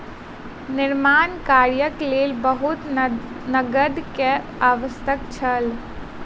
निर्माण कार्यक लेल बहुत नकद के आवश्यकता छल